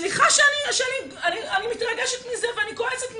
סליחה שאני מתרגשת מזה ואני כועסת מזה.